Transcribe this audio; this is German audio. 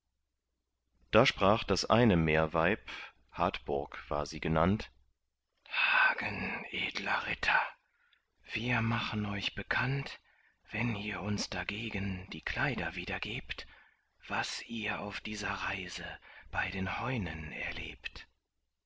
da sprach das eine meerweib hadburg war sie genannt hagen edler ritter wir machen euch bekannt wenn ihr uns dagegen die kleider wiedergebt was ihr auf dieser reise bei den heunen erlebt